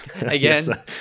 again